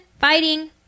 fighting